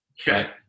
Okay